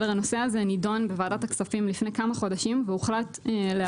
הנושא הזה נידון בוועדת הכספים לפני כמה חודשים והוחלט לאשר אותו.